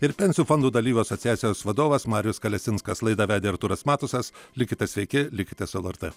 ir pensijų fondų dalyvių asociacijos vadovas marijus kalesinskas laidą vedė artūras matusas likite sveiki likite su lrt